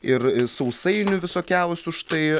ir sausainių visokiausių štai